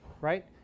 right